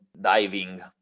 diving